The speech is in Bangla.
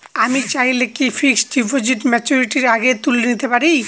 আমি চাইলে কি ফিক্সড ডিপোজিট ম্যাচুরিটির আগেই তুলে নিতে পারি?